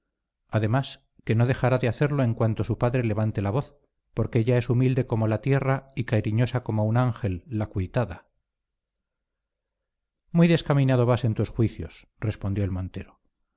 además que no dejará de hacerlo en cuanto su padre levante la voz porque ella es humilde como la tierra y cariñosa como un ángel la cuitada muy descaminado vas en tus juicios respondió el montero